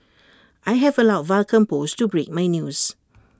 I have allowed Vulcan post to break my news